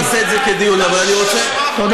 לא נעשה את זה כדיון, אבל אני רוצה, תודה.